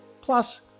plus